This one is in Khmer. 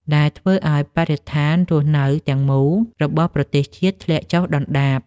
ដែលធ្វើឱ្យបរិស្ថានរស់នៅទាំងមូលរបស់ប្រទេសជាតិធ្លាក់ចុះដុនដាប។